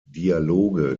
dialoge